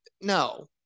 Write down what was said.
no